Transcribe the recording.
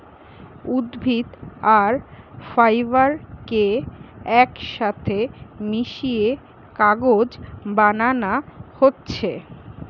উদ্ভিদ আর ফাইবার কে একসাথে মিশিয়ে কাগজ বানানা হচ্ছে